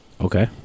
Okay